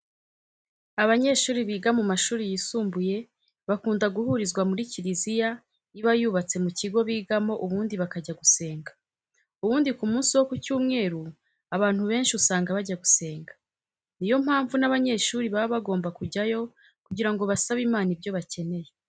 Abanyeshuri biga mu mashuri yisumbuye bakunda guhurizwa muri kiriziya iba yubatse mu kigo bigamo ubundi bakajya gusenga. Ubundi ku munsi wo ku cyumweru abantu benshi usanga bajya gusenga. Niyo mpamvu n'abanyeshuri baba bagomba kujyayo kugira ngo basabe Imana ibyo bakeneye.